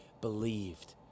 believed